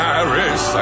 Paris